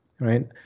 right